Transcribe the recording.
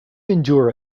endure